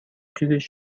چیزیش